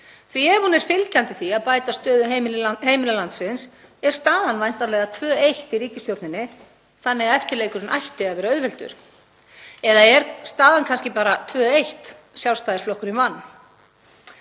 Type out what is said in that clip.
Ef hún er fylgjandi því að bæta stöðu heimila landsins er staðan væntanlega 2–1 í ríkisstjórninni og því ætti eftirleikurinn að vera auðveldur. Er staðan kannski bara 2–1, Sjálfstæðisflokkurinn vann?